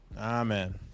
Amen